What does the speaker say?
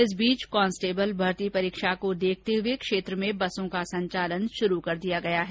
इस बीच कांस्टेबल भर्ती परीक्षा को देखते हए क्षेत्र में बसों का संचालन शुरू कर दिया गया है